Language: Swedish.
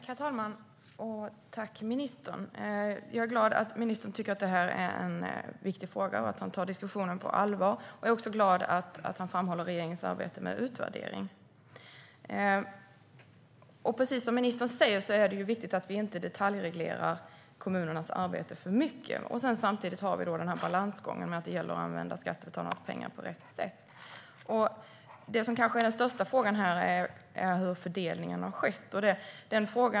Herr talman! Tack, ministern. Jag är glad att ministern tycker att det är en viktig fråga och att han tar diskussionen på allvar. Jag är också glad att han framhåller regeringens arbete med utvärdering. Precis som ministern säger är det viktigt att vi inte detaljreglerar kommunernas arbete för mycket. Samtidigt har vi balansgången med att det gäller att använda skattebetalarnas pengar på rätt sätt. Det som kanske är den största frågan här är hur fördelningen har skett.